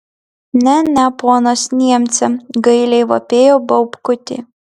ne ne ponas niemce gailiai vapėjo baubkutė